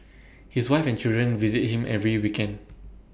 his wife and children visit him every weekend